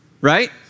right